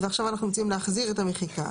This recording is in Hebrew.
ועכשיו אנחנו מציעים להחזיר את המחיקה.